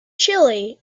chile